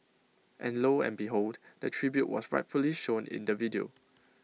and lo and behold the tribute was rightfully shown in the video